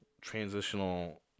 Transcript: transitional